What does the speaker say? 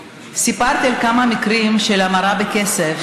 סיפרתי על כמה מקרים של המרה לכסף,